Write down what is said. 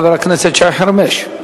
חבר הכנסת שי חרמש,